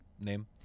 name